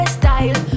style